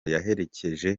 yaherekeje